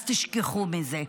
אז תשכחו מזה.